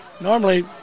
Normally